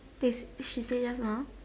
this did she say just now